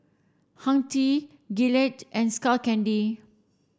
Hang Ten Gillette and Skull Candy